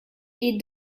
est